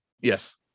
Yes